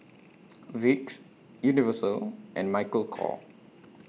Vicks Universal and Michael Kors